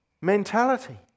mentality